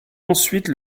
ensuite